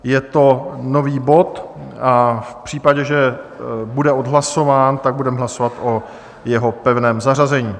Je to nový bod a v případě, že bude odhlasován, budeme hlasovat o jeho pevném zařazení.